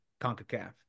CONCACAF